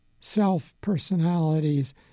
self-personalities